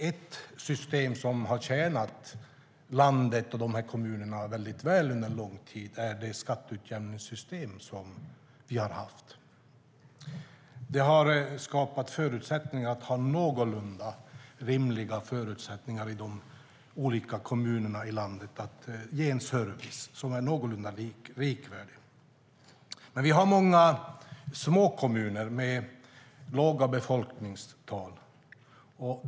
Ett system som har tjänat landet och kommunerna väldigt väl under lång tid är det skatteutjämningssystem som vi har haft. Det har skapat någorlunda rimliga förutsättningar i de olika kommunerna i landet att ha en service som är någorlunda likvärdig. Vi har många små kommuner med låga befolkningstal.